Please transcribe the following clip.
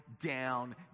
down